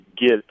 get